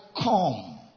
come